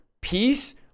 peace